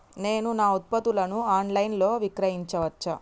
నేను నా ఉత్పత్తులను ఆన్ లైన్ లో విక్రయించచ్చా?